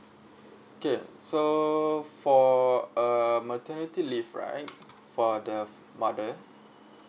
okay so for uh maternity leave right for the mother